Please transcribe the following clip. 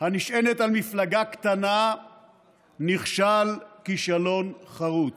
הנשענת על מפלגה קטנה נכשל כישלון חרוץ.